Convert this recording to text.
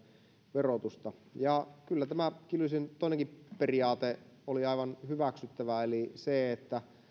verotusta kyllä tämä kiljusen toinenkin periaate oli aivan hyväksyttävä eli se että